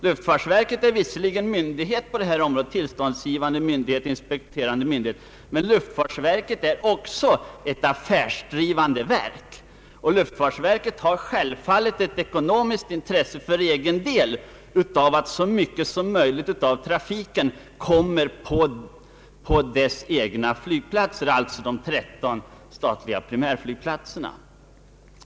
Luftfartsverket är visserligen tillståndsgivande och inspekterande myndighet, men luftfartsverket är också ett affärsdrivande verk. Luftfartsverket har därför ett ekonomiskt intresse för egen del används för mycket annat och som ba-av att så mycket som möjligt av fly get riktas in på dess egna flygplatser, alltså de tretton statliga primärflygplatserna.